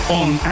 on